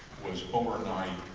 was overnight.